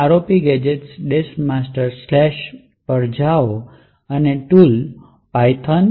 આ ROPGadget master પર જાઓ અને ટૂલ python ROPgadget